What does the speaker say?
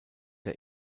der